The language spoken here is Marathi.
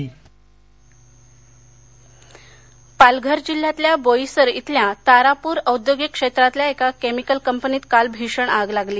तारापर पालघर पालघर जिल्ह्यातल्या बोईसर इथल्या तारापूर औद्योगिक क्षेत्रातल्या एका केमिकल कंपनीत काल भीषण आग लागली